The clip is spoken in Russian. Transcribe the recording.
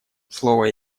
слово